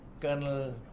Colonel